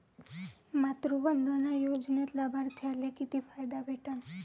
मातृवंदना योजनेत लाभार्थ्याले किती फायदा भेटन?